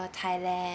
thailand